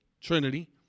trinity